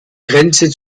grenze